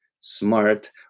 smart